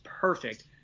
perfect